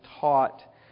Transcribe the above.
taught